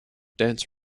dance